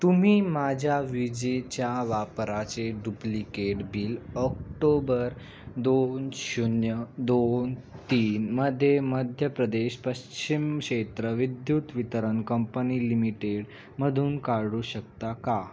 तुम्ही माझ्या विजेच्या वापराचे डुप्लिकेट बिल ऑक्टोबर दोन शून्य दोन तीन मध्ये मध्य प्रदेश पश्चिम क्षेत्र विद्युत वितरण कंपनी लिमिटेड मधून काढू शकता का